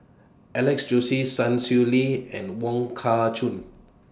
Alex Josey Sun Xueling and Wong Kah Chun